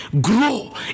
grow